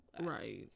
Right